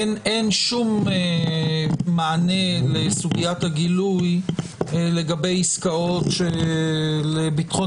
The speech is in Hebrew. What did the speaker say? אין שום מענה לסוגיית הגילוי לגבי עסקאות של ביטחון